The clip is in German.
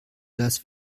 das